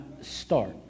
start